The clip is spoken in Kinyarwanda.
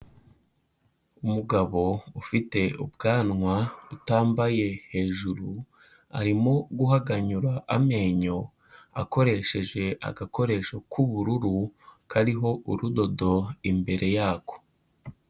Umugabo ufite ubwanwa utambaye hejuru, arimo guhaganyura amenyo akoresheje agakoresho k'ubururu kariho urudodo imbere yako.